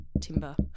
timber